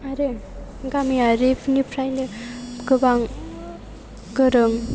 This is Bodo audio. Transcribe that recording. आरो गामियारिफोरनिफ्रायनो गोबां गोरों